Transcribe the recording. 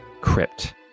crypt